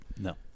No